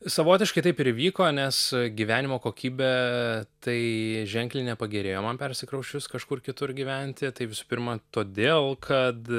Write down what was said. savotiškai taip ir vyko nes gyvenimo kokybė tai ženkliai nepagerėjo man persikrausčius kažkur kitur gyventi tai visų pirma todėl kad